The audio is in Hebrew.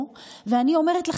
כי חשוב להם להעסיק ישראלים פה.